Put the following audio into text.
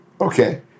okay